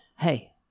Hey